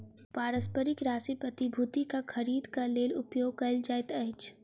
पारस्परिक राशि प्रतिभूतिक खरीदक लेल उपयोग कयल जाइत अछि